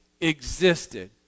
existed